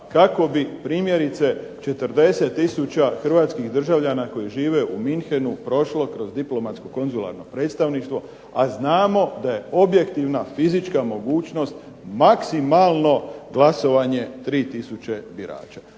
kako bi primjerice 40 tisuća Hrvatskih državljana koji žive u Münchenu prošlo kroz diplomatsko konzularno predstavništvo, a znamo da je fizička mogućnost maksimalno glasovanje 3 tisuće birača.